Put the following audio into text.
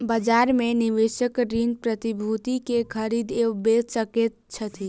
बजार में निवेशक ऋण प्रतिभूति के खरीद एवं बेच सकैत छथि